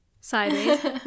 sideways